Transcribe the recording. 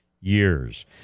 years